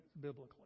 biblically